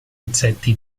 insetti